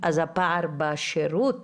הפער בשירות